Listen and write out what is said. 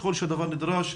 ככל שהדבר יידרש,